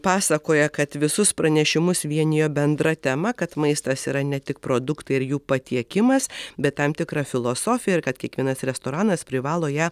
pasakoja kad visus pranešimus vienijo bendra tema kad maistas yra ne tik produktai ir jų patiekimas bet tam tikra filosofija ir kad kiekvienas restoranas privalo ją